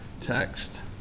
text